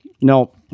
No